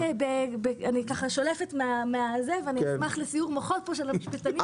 אני שולפת ואני אשמח לסיעור מוחות של המשפטנים.